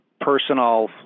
personal